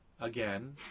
again